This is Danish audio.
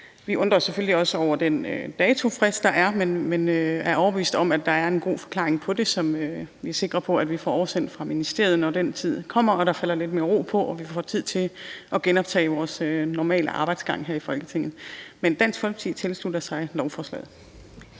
Vi undrer os selvfølgelig også over den datofrist, der er, men vi er overbevist om, at der er en god forklaring på det, som vi er sikre på vi får oversendt fra ministeriet, når den tid kommer og der falder lidt mere ro på og vi får tid til at genoptage vores normale arbejdsgang her i Folketinget. Dansk Folkeparti tilslutter sig lovforslaget.